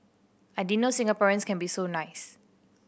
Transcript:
I didn't know Singaporeans can be so nice